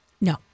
No